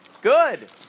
Good